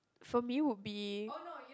from you would be